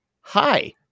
hi